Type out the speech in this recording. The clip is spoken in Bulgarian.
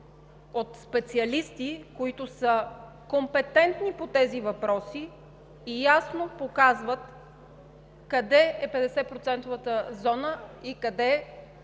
от специалисти, които са компетентни по тези въпроси и ясно показват къде е